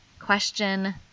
Question